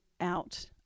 out